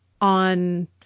on